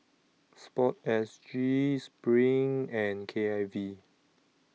Sport S G SPRING and K I V